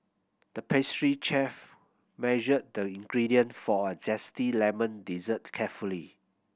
the pastry chef measured the ingredient for a zesty lemon dessert carefully